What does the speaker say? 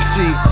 See